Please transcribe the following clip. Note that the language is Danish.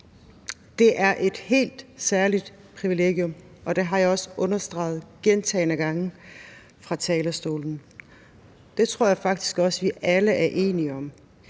Det er et helt særligt privilegium, og det har jeg også understreget gentagne gange fra talerstolen. Det tror jeg faktisk også vi alle er enige om.